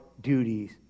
duties